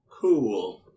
Cool